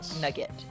nugget